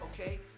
okay